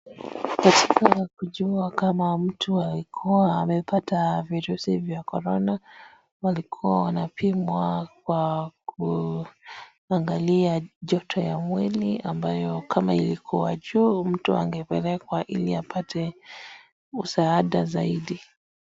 Ukitaka kujua kama mtu alikuwa amepata virusi vya korona walikuwa wanapimwa kwa kuangalia joto ya mwili ambayo kama ilikuwa juu mtu angepelekwa ili apate msaada zaidi.